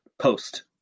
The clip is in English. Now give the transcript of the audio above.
post